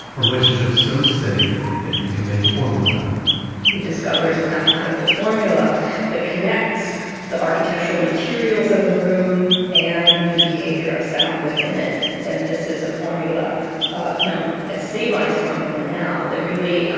a relationship so steady that you can make a formula out of it he discovers a mathematical formula that connects the architectural materials of the room and the behavior of sound within it. and this is a formula known as sabine's formula now, that really